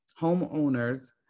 homeowners